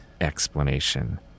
explanation